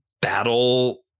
battle